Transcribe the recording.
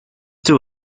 two